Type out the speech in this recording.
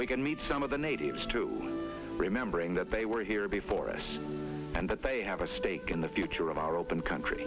we can meet some of the natives too remembering that they were here before us and that they have a stake in the future of our open country